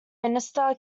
minister